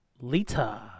Lita